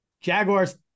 Jaguars